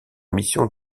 mission